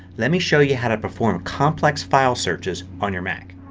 let me show you how to perform complex file searches on your mac.